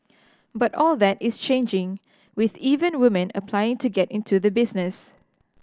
but all that is changing with even women applying to get into the business